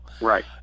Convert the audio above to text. Right